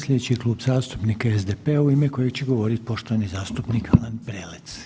Sljedeći klub zastupnika je SDP-a u ime kojeg će govoriti poštovani zastupnik Alen Prelec.